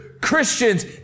Christians